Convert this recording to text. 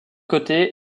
côté